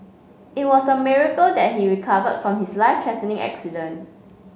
it was a miracle that he recovered from his life threatening accident